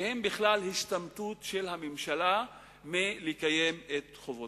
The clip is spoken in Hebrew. שהן בכלל השתמטות של הממשלה מלקיים את חובותיה.